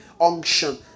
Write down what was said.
unction